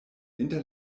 inter